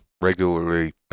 Regularly